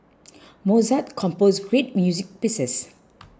Mozart composed great music pieces